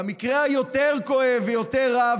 במקרה היותר-כואב ויותר רע,